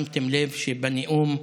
שמתם לב שבנאום הנפלא,